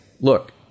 look